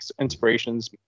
inspirations